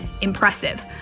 impressive